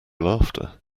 laughter